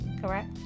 correct